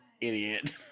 idiot